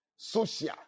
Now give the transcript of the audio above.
social